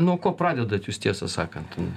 nuo ko pradedat jūs tiesą sakant